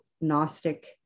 gnostic